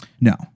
No